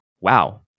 wow